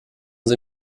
sie